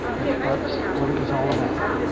that's what it was all about.